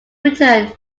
return